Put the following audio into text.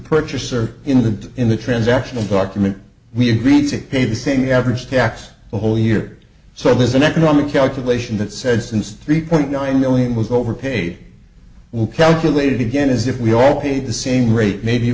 purchaser in the in the transactional document we agreed to pay the same the average tax the whole year so there's an economic calculation that says since three point nine million was overpaid will calculate it again is if we all pay the same rate maybe